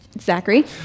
Zachary